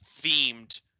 themed